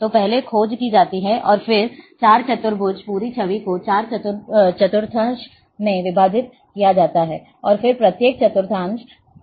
तो पहले खोज की जाती है और फिर 4 चतुर्भुज पूरी छवि को 4 चतुर्थांश में विभाजित किया जाता है और फिर प्रत्येक चतुर्थांश को आगे खोजा जाता है